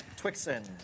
Twixen